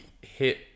hit